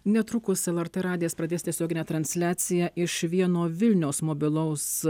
netrukus lrt radijas pradės tiesioginę transliaciją iš vieno vilniaus mobilaus